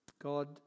God